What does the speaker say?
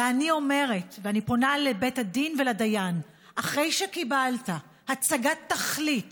ואני אומרת ופונה לבית הדין ולדיין: אחרי שקיבלת הצגת תכלית